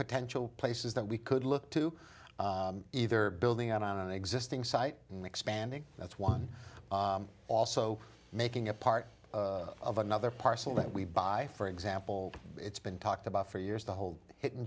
potential places that we could look to either building out on an existing site and expanding that's one also making it part of another parcel that we buy for example it's been talked about for years the whole hit in